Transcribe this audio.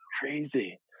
crazy